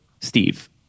Steve